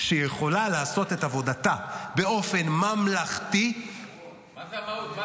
שיכולה לעשות את עבודתה באופן ממלכתי -- מה זו המהות?